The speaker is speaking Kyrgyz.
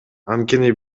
анткени